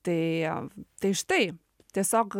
tai tai štai tiesiog